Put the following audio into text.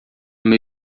meu